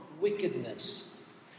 wickedness